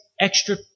extra